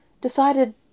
decided